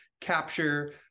capture